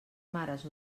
mares